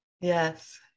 Yes